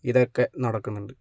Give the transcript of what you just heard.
ഇതൊക്കെ നടക്കുന്നുണ്ട്